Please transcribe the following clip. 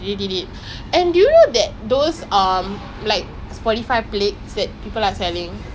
ya it's quite fun because like நீ யாருமே:nee yaarume trust பண்ண முடியாது தெரியுமா உன்:panna mudiyathu theriyuma un friend ஆ கூட இருந்தா:aa kooda iruntha ya